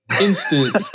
instant